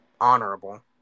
honorable